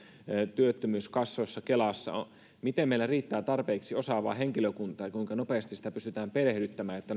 työttömyyskassoissa kelassa miten meillä riittää tarpeeksi osaavaa henkilökuntaa ja kuinka nopeasti sitä pystytään perehdyttämään jotta